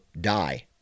die